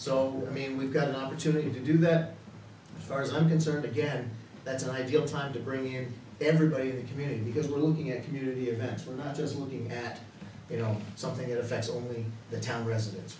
so i mean we've got an opportunity to do that far as i'm concerned again that's an ideal time to bring here everybody the community because we're looking at community events we're not just looking at you know something that affects only the town residen